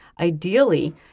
Ideally